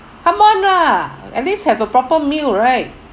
come on lah at least have a proper meal right